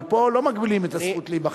אבל פה לא מגבילים את הזכות להיבחר.